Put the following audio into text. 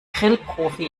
grillprofi